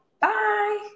Bye